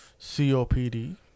COPD